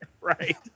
right